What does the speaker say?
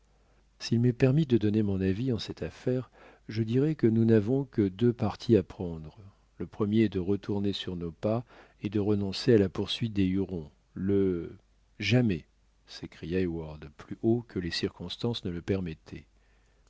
s'il m'est permis de donner mon avis en cette affaire je dirai que nous n'avons que deux partis à prendre le premier est de retourner sur nos pas et de renoncer à la poursuite des hurons le jamais s'écria heyward plus haut que les circonstances ne le permettaient